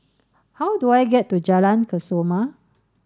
how do I get to Jalan Kesoma